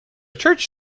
church